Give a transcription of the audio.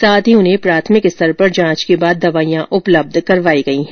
साथ ही उन्हें प्राथमिक स्तर पर जांच के बाद दवाईयां उपलब्ध करवाई गई है